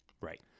Right